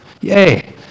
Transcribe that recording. yay